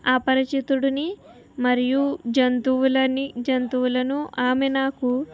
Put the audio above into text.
అపరిచితుడుని మరియు జంతువులని జంతువులను ఆమె నాకు